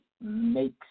makes